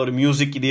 music